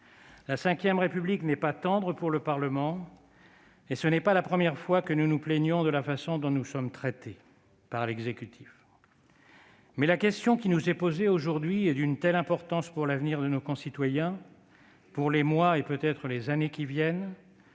La V République n'est pas tendre pour le Parlement et ce n'est pas la première fois que nous nous plaignons de la façon dont nous sommes traités par l'exécutif. Toutefois, la question qui nous est posée aujourd'hui est d'une telle importance pour l'avenir de nos concitoyens, pour les mois et, peut-être, pour les années à venir,